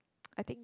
I think